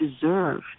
deserve